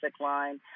line